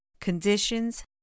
conditions